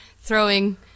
throwing